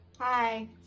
Hi